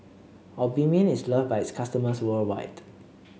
Obimin is loved by its customers worldwide